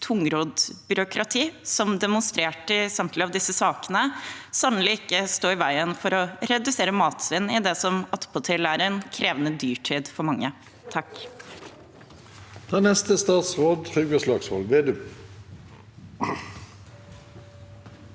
tungrodd byråkrati – som demonstrert i samtlige av disse sakene – sannelig ikke stå i veien for å redusere matsvinn i det som attpåtil er en krevende dyrtid for mange.